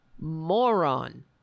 moron